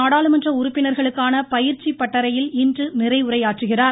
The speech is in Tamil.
நாடாளுமன்ற உறுப்பினர்களுக்கான பயிற்சி பட்டறையில் இன்று நிறையுரையாற்றுகிறார்